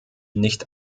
nicht